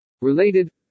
Related